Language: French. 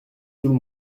tout